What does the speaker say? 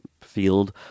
field